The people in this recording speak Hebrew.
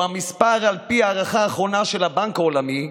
זה המספר, על פי ההערכה האחרונה של הבנק העולמי,